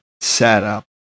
setup